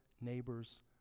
neighbor's